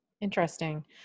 interesting